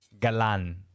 Galan